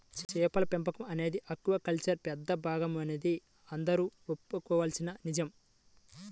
చేపల పెంపకం అనేది ఆక్వాకల్చర్లో పెద్ద భాగమనేది అందరూ ఒప్పుకోవలసిన నిజం